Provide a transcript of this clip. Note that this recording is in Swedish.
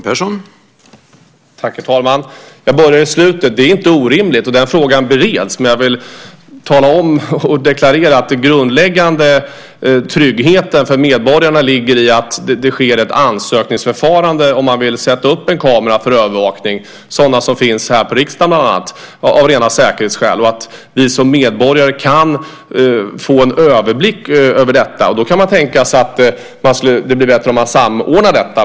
Herr talman! Jag börjar i slutet. Det är inte orimligt och den frågan bereds. Men jag vill tala om och deklarera att den grundläggande tryggheten för medborgarna ligger i att det sker ett ansökningsförfarande om man vill sätta upp en kamera för övervakning, sådana som bland annat finns här i riksdagen, av rena säkerhetsskäl och att vi som medborgare kan få en överblick över detta. Då kan man tänka sig att det blir bättre om man samordnar detta.